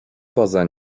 poza